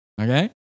Okay